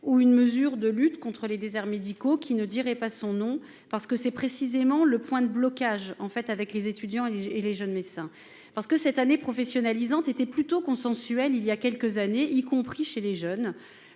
ou d'une mesure de lutte contre les déserts médicaux qui ne dirait pas son nom ? C'est précisément le point de blocage avec les étudiants et les jeunes médecins, alors que cette année professionnalisante faisait plutôt consensus, y compris chez les jeunes